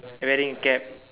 wearing a cap